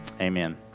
Amen